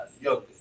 yo